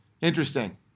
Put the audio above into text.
Interesting